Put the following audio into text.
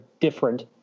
different